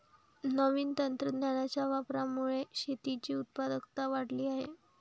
नवीन तंत्रज्ञानाच्या वापरामुळे शेतीची उत्पादकता वाढली आहे